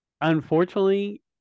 Unfortunately